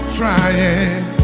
trying